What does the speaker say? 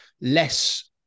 less